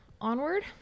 onward